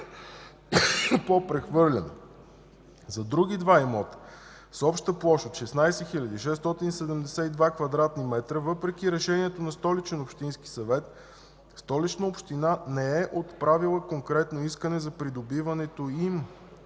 За други два имота, с обща площ от 16 672 квадратни метра, въпреки решението на Столичния общински съвет, Столична община не е отправила конкретно искане за придобиването им